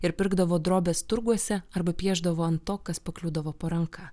ir pirkdavo drobes turguose arba piešdavo ant to kas pakliūdavo po ranka